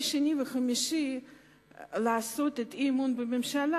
כל שני וחמישי לעשות אי-אמון בממשלה,